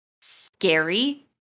scary